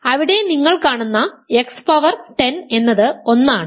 അവിടെ നിങ്ങൾ കാണുന്ന x പവർ 10 എന്നത് 1 ആണ്